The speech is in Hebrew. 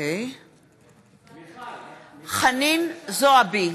מצביע חנין זועבי,